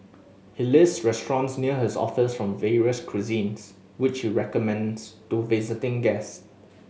he list restaurants near his office from various cuisines which he recommends to visiting guest